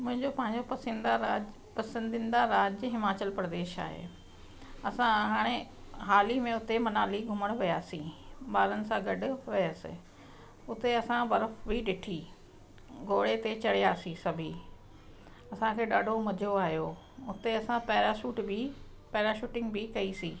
मुंहिंजो पंहिंजो पसंदीदा राज पसंदीदा राज्य हिमाचल प्रदेश आहे असां हाणे हाल ई में हुते मनाली घुमण वियासीं ॿारनि सां गॾु वियसि उते असां बर्फ़ु बि ॾिठी घोड़े ते चढ़ियासीं सभई असांखे ॾाढो मजो आयो उते असां पैराशूट बि पैराशूटिंग बि कईसि